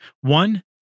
One